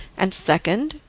and second,